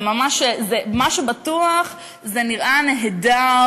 מה שבטוח, זה נראה נהדר